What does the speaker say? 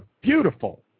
beautiful